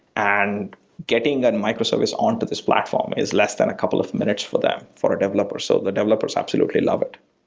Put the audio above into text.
and getting a and micro service on to this platform is less than a couple of minutes for them for a developer. so the developers absolutely love it.